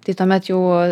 tai tuomet jau